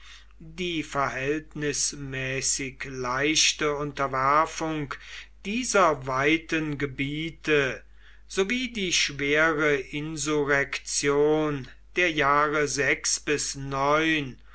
die verhältnismäßig leichte unterwerfung dieser weiten gebiete sowie die schwere insurrektion der jahre